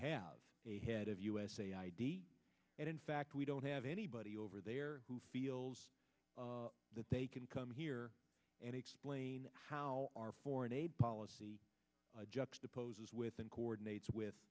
have a head of usa id and in fact we don't have anybody over there who feels that they can come here and explain how our foreign aid policy juxtaposes within coordinates with